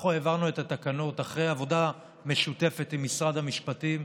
אנחנו העברנו את התקנות אחרי עבודה משותפת עם משרד המשפטים.